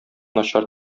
начар